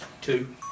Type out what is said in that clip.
Two